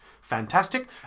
fantastic